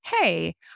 Hey